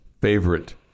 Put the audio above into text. favorite